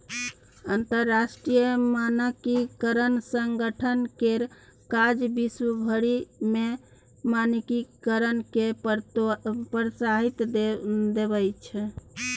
अंतरराष्ट्रीय मानकीकरण संगठन केर काज विश्व भरि मे मानकीकरणकेँ प्रोत्साहन देब छै